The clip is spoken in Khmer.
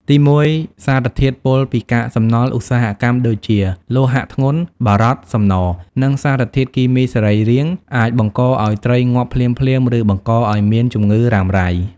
ទីមួយ សារធាតុពុលពីកាកសំណល់ឧស្សាហកម្មដូចជាលោហៈធ្ងន់ (បារត សំណ) និងសារធាតុគីមីសរីរាង្គ អាចបង្កឱ្យត្រីងាប់ភ្លាមៗ ឬបង្កឱ្យមានជំងឺរ៉ាំរ៉ៃ។